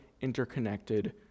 interconnected